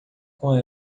com